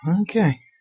Okay